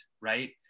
right